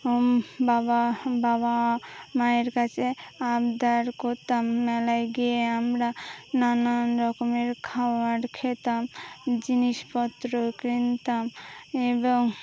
বাবা বাবা মায়ের কাছে আবদার করতাম মেলায় গিয়ে আমরা নানান রকমের খাওয়ার খেতাম জিনিসপত্র কিনতাম এবং